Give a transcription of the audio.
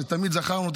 שתמיד זכרנו,